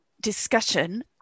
discussion